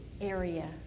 area